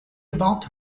about